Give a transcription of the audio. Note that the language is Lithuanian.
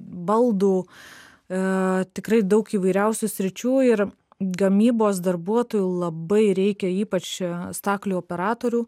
baldų a tikrai daug įvairiausių sričių ir gamybos darbuotojų labai reikia ypač čia staklių operatorių